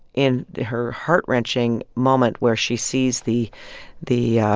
in her heart-wrenching moment where she sees the the